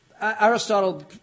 Aristotle